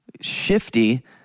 shifty